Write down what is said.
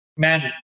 Man